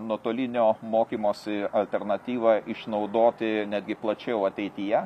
nuotolinio mokymosi alternatyvą išnaudoti netgi plačiau ateityje